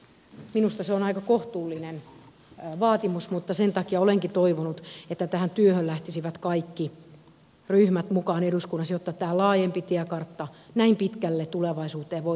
minusta se on aika kohtuullinen vaatimus mutta sen takia olenkin toivonut että tähän työhön lähtisivät kaikki ryhmät mukaan eduskunnassa jotta tämä laajempi tiekartta näin pitkälle tulevaisuuteen voitaisiin määritellä